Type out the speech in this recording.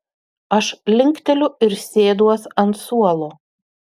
aš linkteliu ir sėduos ant suolo